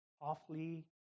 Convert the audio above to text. awfully